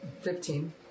Fifteen